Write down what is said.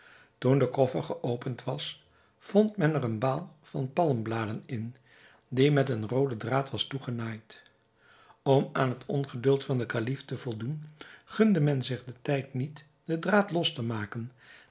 toen het koffer geopend was vond men er eene baal van palmbladen in die met een rooden draad was toegenaaid om aan het ongeduld van den kalif te voldoen gunde men zich den tijd niet den draad los te maken